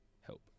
help